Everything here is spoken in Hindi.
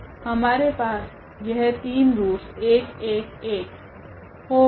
तो हमारे पास यह 3 रूट्स 111 होगे